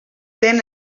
ten